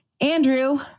Andrew